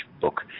book